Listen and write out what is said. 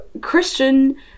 Christian